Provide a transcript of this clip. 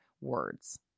words